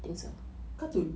cartoon